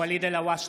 ואליד אלהואשלה,